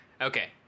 Okay